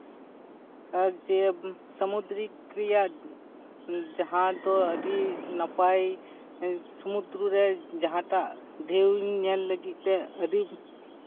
ᱮᱸᱜ ᱡᱮ ᱥᱟᱢᱩᱫᱨᱤᱠ ᱨᱮᱭᱟᱜ ᱡᱟᱦᱟᱸ ᱫᱚ ᱟᱹᱰᱤ ᱱᱟᱯᱟᱭ ᱥᱚᱢᱩᱫᱨᱩ ᱨᱮ ᱡᱟᱦᱟᱸᱴᱟᱜ ᱰᱷᱮᱣ ᱧᱮᱞ ᱞᱟᱹᱜᱤᱫ ᱛᱮ ᱟᱹᱰᱤ